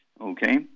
Okay